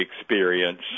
experience